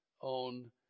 on